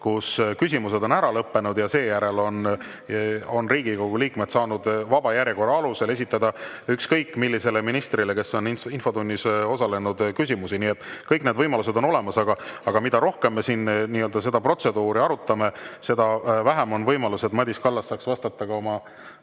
kus küsimused on lõppenud ja seejärel on Riigikogu liikmed saanud vaba järjekorra alusel esitada küsimusi ükskõik millisele ministrile, kes on infotunnis osalenud. Nii et kõik need võimalused on olemas. Aga mida rohkem me siin seda protseduuri arutame, seda vähem on võimalust, et Madis Kallas saaks vastata ka oma